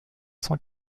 cent